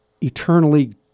eternally